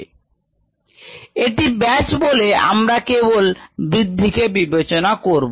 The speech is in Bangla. ri rorg rcddt এটি ব্যাচ বলে আমরা কেবল বৃদ্ধিকে বিবেচনা করব